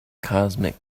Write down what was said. cosmic